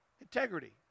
Integrity